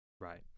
right